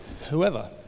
Whoever